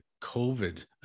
COVID